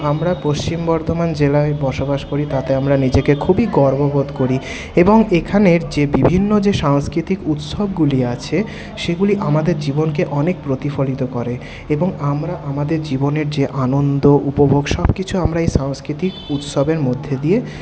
আমরা পশ্চিম বর্ধমান জেলায় বসবাস করি তাতে আমরা নিজেকে খুবই গর্ববোধ করি এবং এখানের যে বিভিন্ন যে সাংস্কৃতিক উৎসবগুলি আছে সেগুলি আমাদের জীবনকে অনেক প্রতিফলিত করে এবং আমরা আমাদের জীবনের যে আনন্দ উপভোগ সবকিছু আমরা এই সাংস্কৃতিক উৎসবের মধ্যে দিয়ে